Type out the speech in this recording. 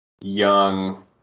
young